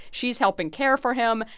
she's helping care for him,